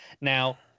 Now